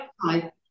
Hi